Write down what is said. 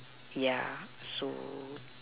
yeah so